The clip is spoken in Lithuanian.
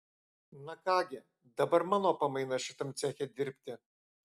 na ką gi dabar mano pamaina šitam ceche dirbti